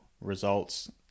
results